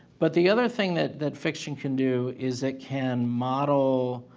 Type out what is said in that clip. but the other thing that that fiction can do is it can model